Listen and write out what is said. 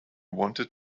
wanted